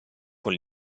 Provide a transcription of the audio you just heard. con